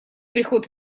приход